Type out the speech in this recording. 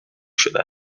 شده